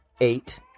eight